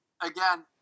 again